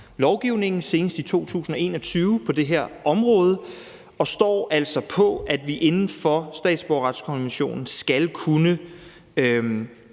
lovgivningen senest i 2021 på det her område, og vi står altså på, at vi inden for statsborgerretskonventionen skal kunne